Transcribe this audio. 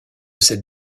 cette